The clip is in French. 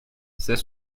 c’est